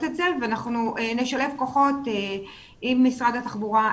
את זה ואנחנו נשלב כוחות עם משרד התחבורה,